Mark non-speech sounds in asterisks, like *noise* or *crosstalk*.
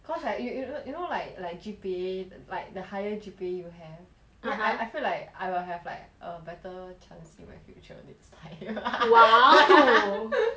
cause like you you know you know like like G_P_A like the higher G_P_A you have (uh huh) I I feel like I will have like a better chance in my future next time *laughs* !wow!